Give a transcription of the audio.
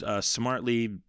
smartly